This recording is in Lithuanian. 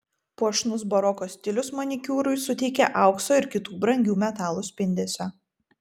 puošnus baroko stilius manikiūrui suteikė aukso ir kitų brangių metalų spindesio